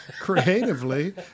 creatively